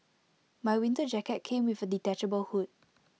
my winter jacket came with A detachable hood